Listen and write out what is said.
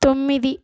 తొమ్మిది